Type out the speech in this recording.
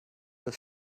das